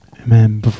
Amen